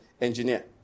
engineer